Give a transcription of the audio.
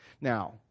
Now